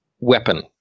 weapon